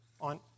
on